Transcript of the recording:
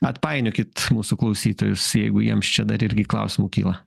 atpainiokit mūsų klausytojus jeigu jiems čia dar irgi klausimų kyla